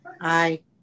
Aye